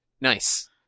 nice